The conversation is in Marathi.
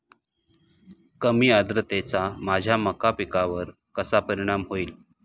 कमी आर्द्रतेचा माझ्या मका पिकावर कसा परिणाम होईल?